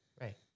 Right